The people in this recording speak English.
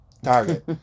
target